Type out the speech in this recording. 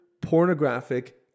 pornographic